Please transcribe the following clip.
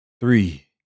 Three